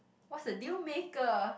what's the deal maker